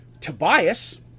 Tobias